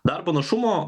darbo našumo